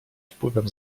wpływem